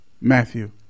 Matthew